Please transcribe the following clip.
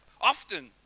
often